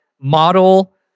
model